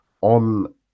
on